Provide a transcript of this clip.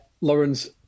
Lawrence